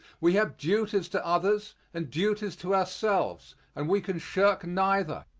we have duties to others and duties to ourselves and we can shirk neither.